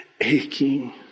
aching